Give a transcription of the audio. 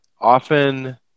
often